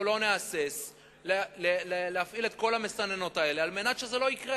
אנחנו לא נהסס להפעיל את כל המסננות האלה על מנת שזה לא יקרה,